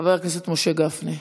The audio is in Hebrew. חבר הכנסת גפני.